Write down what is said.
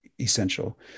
essential